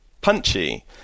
punchy